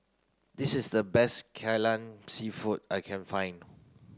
this is the best Kai Lan seafood I can find